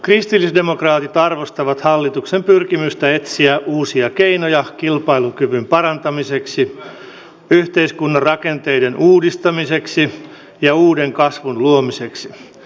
kristillisdemokraatit arvostavat hallituksen pyrkimystä etsiä uusia keinoja kilpailukyvyn parantamiseksi yhteiskunnan rakenteiden uudistamiseksi ja uuden kasvun luomiseksi